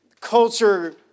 culture